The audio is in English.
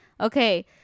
okay